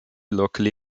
locally